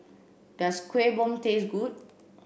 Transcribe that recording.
does Kueh Bom taste good